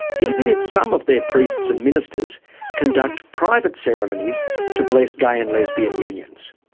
even if some of their priests and ministers conduct private ceremonies to bless gay and lesbian unions.